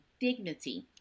dignity